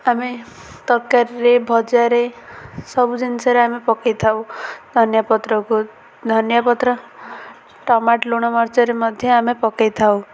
ଆମେ ତରକାରୀରେ ଭଜାରେ ସବୁ ଜିନିଷରେ ଆମେ ପକେଇ ଥାଉ ଧନିଆପତ୍ରକୁ ଧନିଆପତ୍ର ଟମାଟୋ ଲୁଣ ମରିଚରେ ମଧ୍ୟ ଆମେ ପକେଇ ଥାଉ